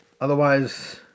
otherwise